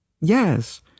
Yes